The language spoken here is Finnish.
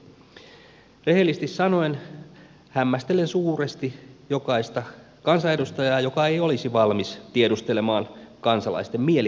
rehellisesti sanoen hämmästelen suuresti jokaista kansanedustajaa joka ei olisi valmis tiedustelemaan kansalaisten mielipidettä